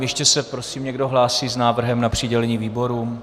Ještě se prosím někdo hlásí s návrhem na přidělení výborům?